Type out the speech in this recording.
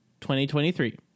2023